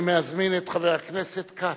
אני מזמין את חבר הכנסת כץ,